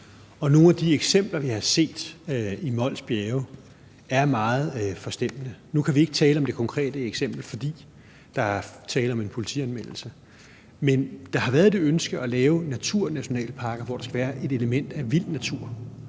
og nogle af de eksempler, vi har set i Mols Bjerge, er meget forstemmende. Nu kan vi ikke tale om det konkrete eksempel, fordi der er tale om en politianmeldelse, men der har været et ønske om at lave naturnationalparker, hvor der skal være et element af vild natur,